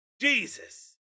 Jesus